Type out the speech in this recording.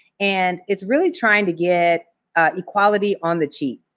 and it's really trying to get equality on the cheap.